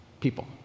people